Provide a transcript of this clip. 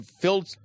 filled –